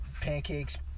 pancakes